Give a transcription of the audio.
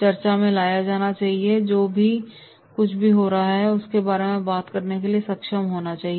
चर्चा में लाया जाना चाहिए जो कुछ भी हो रहा है उन्हें इसके बारे में बात करने में सक्षम होना चाहिए